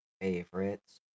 favorites